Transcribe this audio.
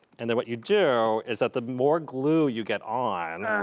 and then what you do, is that the more glue you get on,